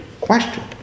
question